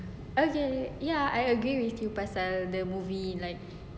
okay ya I agree with you pasal the movie like